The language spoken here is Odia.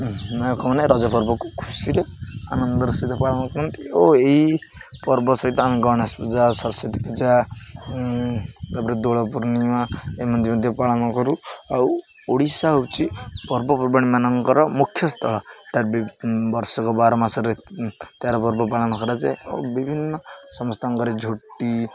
ନା ଲୋକମାନେ ରଜ ପର୍ବକୁ ଖୁସିରେ ଆନନ୍ଦର ସହିତ ପାଳନ କରନ୍ତି ଓ ଏଇ ପର୍ବ ସହିତ ଆମେ ଗଣେଶ ପୂଜା ସରସ୍ଵତୀ ପୂଜା ତା'ପରେ ଦୋଳ ପୂର୍ଣ୍ଣିମା ଏମିତି ମଧ୍ୟ ପାଳନ କରୁ ଆଉ ଓଡ଼ିଶା ହେଉଛି ପର୍ବପର୍ବାଣି ମାନଙ୍କର ମୁଖ୍ୟ ସ୍ଥଳ ଏଠା ବର୍ଷକ ବାର ମାସରେ ତେର ପର୍ବ ପାଳନ କରାଯାଏ ଓ ବିଭିନ୍ନ ସମସ୍ତଙ୍କ ଘରେ ଝୋଟି